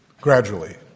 gradually